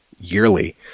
yearly